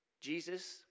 Jesus